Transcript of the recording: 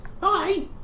bye